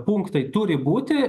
punktai turi būti